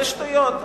זה שטויות.